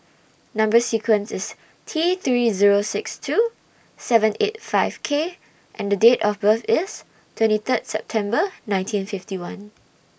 Number sequence IS T three Zero six two seven eight five K and Date of birth IS twenty Third September nineteen fifty one